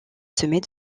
sommet